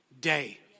day